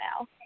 now